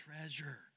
treasure